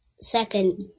Second